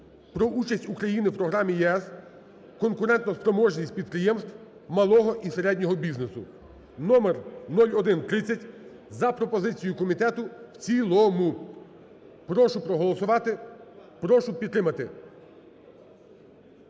про участь України в програмі ЄС "Конкурентоспроможність підприємств малого і середнього бізнесу" (номер 0130) за пропозицією комітету в цілому. Прошу проголосувати, прошу підтримати.